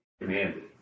commanded